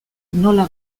nola